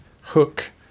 hook